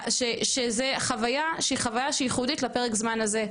שזו חוויה שהיא חוויה ייחודית לפרק הזמן הזה.